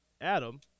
Adam